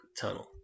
Tunnel